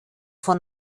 vor